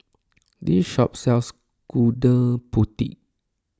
this shop sells Gudeg Putih